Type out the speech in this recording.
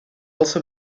also